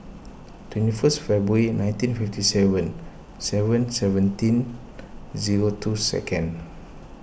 twenty first February nineteen fifty seven seven seventeen zero two second